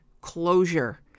closure